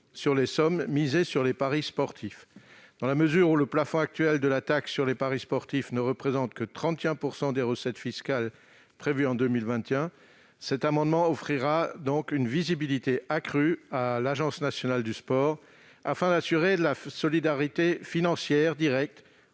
sur les sommes misées sur les paris sportifs. En effet, le plafond actuel de la taxe sur les paris sportifs ne représente que 31 % des recettes fiscales prévues en 2021. Ce rehaussement offrira donc une visibilité accrue à l'Agence nationale du sport pour assurer la solidarité financière directe